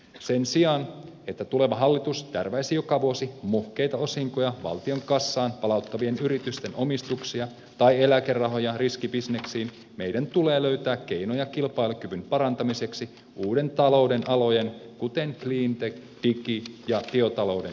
sen sijaan että tuleva hallitus tärväisi joka vuosi muhkeita osinkoja valtion kassaan palauttavien yritysten omistuksia tai eläkerahoja riskibisneksiin meidän tulee löytää keinoja kilpailukyvyn parantamiseksi uuden talouden alojen kuten cleantech digi ja biotalouden hyödyntämiseksi